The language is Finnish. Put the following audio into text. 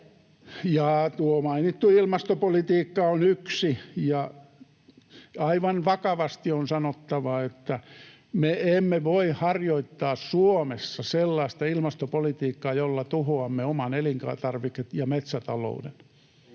tuo mainittu ilmastopolitiikka on yksi. Aivan vakavasti on sanottava, että me emme voi harjoittaa Suomessa sellaista ilmastopolitiikkaa, jolla tuhoamme oman elintarvike- ja metsätalouden.